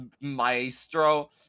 maestro